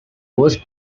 was